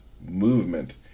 movement